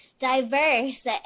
diverse